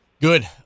Good